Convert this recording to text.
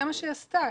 זה מה שהיא עשתה.